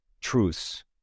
truths